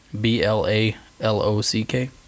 B-L-A-L-O-C-K